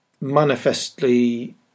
manifestly